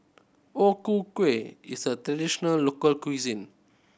O Ku Kueh is a traditional local cuisine